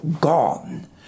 gone